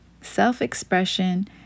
self-expression